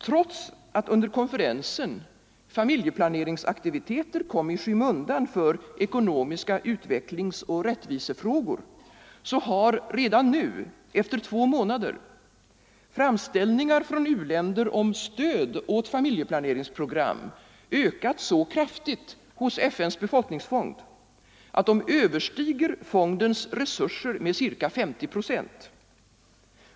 Trots att under konferensen familjeplaneringsaktiviteter kom i Torsdagen den skymundan för ekonomiska utvecklingsoch rättvisefrågor har redan 7 november 1974 nu, efter två månader, framställningar från u-länder om stöd åt familjeplaneringsprogram ökat så kraftigt hos FN:s befolkningsfond, att de = Allmänpolitisk överstiger fondens resurser med ca 50 procent.